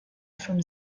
from